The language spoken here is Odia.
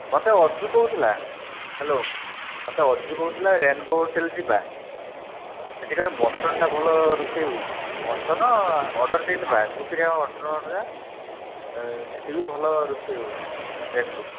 ମୋତେ ଅଜୁ କହୁଥିଲା ହ୍ୟାଲୋ ମୋତେ ଅଜୁ କହୁଥିଲା ରେନ୍ବୋ ହୋଟେଲ୍ ଯିବା ସେଠି କାଳେ ମଟନ୍ଟା ଭଲ ରୋଷେଇ ହେଉଛି ମଟନ୍ ଅର୍ଡ଼ର ଦେଇଦେବା ଆଗତୁରିଆ ସେଠିବି ଭଲ ରୋଷେଇ ହେଉଛି ରେନ୍ବୋ